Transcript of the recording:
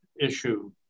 issue